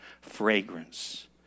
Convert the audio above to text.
fragrance